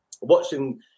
Watching